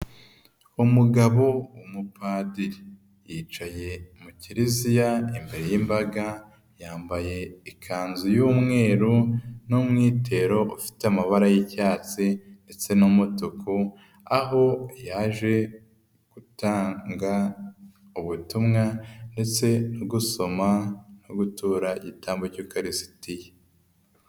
Umugabo w'umupadiri, yicaye mu kiriziya imbere y'imbaga, yambaye ikanzu y'umweru n'umwitero ufite amabara y'icyatsi ndetse n'umutuku, aho yaje gutanga ubutumwa ndetse gusoma no gutura igitambo cy'ukarisitiya.